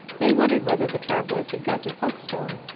they wondered whether the travellers had got to folkestone,